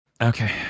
Okay